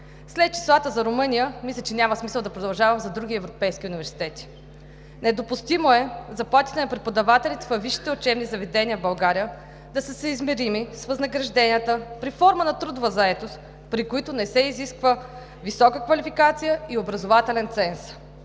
След числата за Румъния мисля, че няма смисъл да продължавам за други европейски университети. Недопустимо е заплатите на преподавателите във висшите учебни заведения в България да са съизмерими с възнагражденията при форми на трудова заетост, при които не се изисква висока квалификация и образователен ценз.